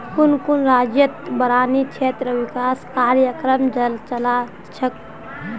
कुन कुन राज्यतत बारानी क्षेत्र विकास कार्यक्रम चला छेक